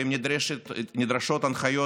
ואם נדרש, הנחיות